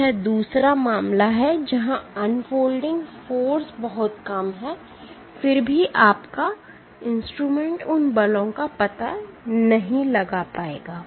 तो यह दूसरा मामला है जहां अनफोल्डिंग फोर्स बहुत कम हैं फिर भी आपका इंस्ट्रूमेंट उन बलों का पता नहीं लगा पाएगा